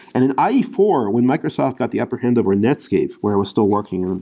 and in ah ie four, when microsoft got the upper hand over netscape where it was still working,